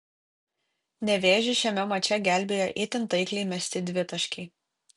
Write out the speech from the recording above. nevėžį šiame mače gelbėjo itin taikliai mesti dvitaškiai